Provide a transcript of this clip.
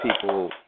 People